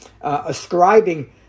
ascribing